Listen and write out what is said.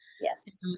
Yes